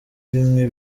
bimwe